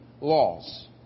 laws